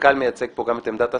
המנכ"ל מייצג פה גם את עמדת השר?